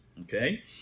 okay